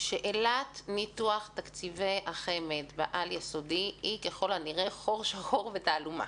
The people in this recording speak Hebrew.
שאלת ניתוח תקציבי החמ"ד בעל-יסודי היא ככל הנראה חור שחור ותעלומה.